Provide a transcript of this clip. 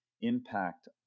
impact